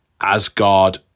Asgard